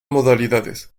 modalidades